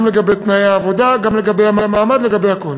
גם לגבי תנאי העבודה, גם לגבי המעמד, לגבי הכול.